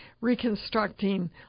reconstructing